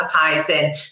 advertising